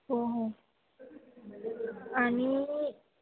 आणि